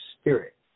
spirit